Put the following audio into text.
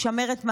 לשמר את מעמדם,